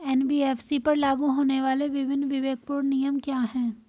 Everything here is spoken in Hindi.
एन.बी.एफ.सी पर लागू होने वाले विभिन्न विवेकपूर्ण नियम क्या हैं?